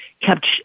kept